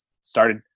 started